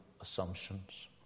assumptions